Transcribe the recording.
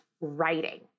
writing